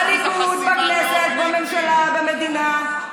בליכוד, בכנסת, בממשלה, במדינה.